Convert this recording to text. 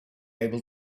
able